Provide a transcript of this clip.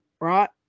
right